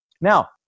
Now